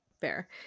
fair